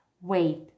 wait